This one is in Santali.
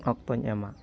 ᱚᱠᱛᱚᱧ ᱮᱢᱟ